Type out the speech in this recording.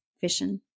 vision